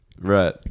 Right